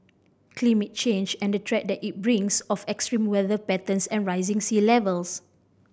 climate change and the threat that it brings of extreme weather patterns and rising sea levels